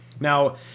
now